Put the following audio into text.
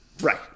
Right